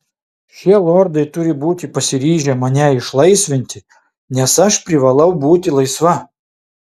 šie lordai turi būti pasiryžę mane išlaisvinti nes aš privalau būti laisva